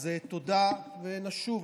אז תודה, ונשוב.